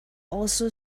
also